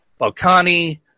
Balkani